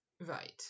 Right